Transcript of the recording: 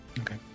Okay